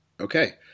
Okay